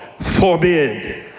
forbid